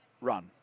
run